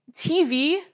TV